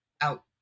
out